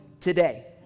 today